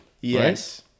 Yes